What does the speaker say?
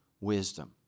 wisdom